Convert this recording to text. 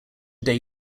day